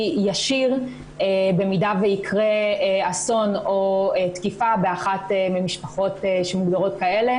ישיר במידה ויקרה אסון או תקיפה באחת מהמשפחות שמוגדרות כאלה.